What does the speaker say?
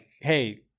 hey